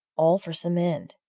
all for some end?